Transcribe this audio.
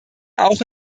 auch